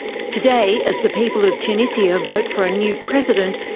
today, as the people of tunisia vote for a new president,